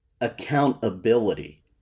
accountability